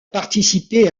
participé